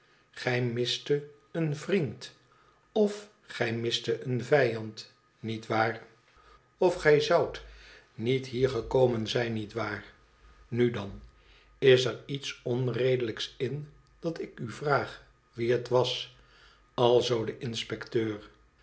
gij mistet een vriend of gij mistet een vijand niet waar of gij zoudt niet hier gekomen zijn niet waar nu dan is er iets onredelijks m dat ik a vraag wie het was alzoo de inspecteur